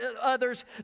Others